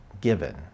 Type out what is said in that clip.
given